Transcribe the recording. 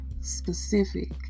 specific